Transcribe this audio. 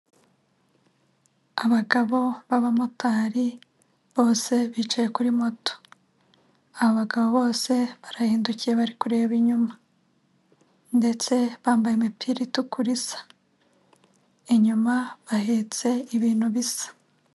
Abagabo b'abamotari bose bicaye kuri moto, abagabo bose barahindukiye bari kureba inyuma ndetse bambaye imipira itukura isa, inyuma bahetse ibintu bisa.